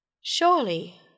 Surely